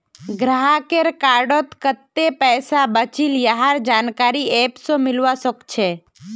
गाहकेर कार्डत कत्ते पैसा बचिल यहार जानकारी ऐप स मिलवा सखछे